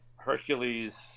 hercules